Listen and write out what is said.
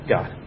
God